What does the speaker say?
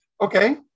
Okay